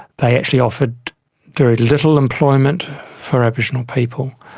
they actually offered very little employment for aboriginal people.